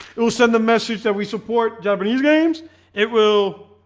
it will send the message that we support japanese games it will